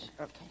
Okay